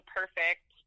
perfect